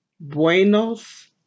Buenos